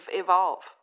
evolve